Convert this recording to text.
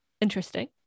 interesting